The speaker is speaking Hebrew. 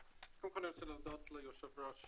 קודם כל אני רוצה להודות ליושב ראש